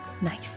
Nice